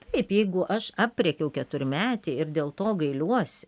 taip jeigu aš aprėkiau keturmetį ir dėl to gailiuosi